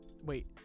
Wait